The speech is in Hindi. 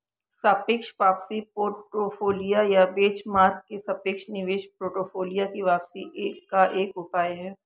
सापेक्ष वापसी पोर्टफोलियो या बेंचमार्क के सापेक्ष निवेश पोर्टफोलियो की वापसी का एक उपाय है